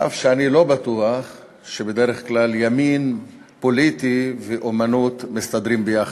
אף שאני לא בטוח שבדרך כלל ימין פוליטי ואמנות מסתדרים יחד.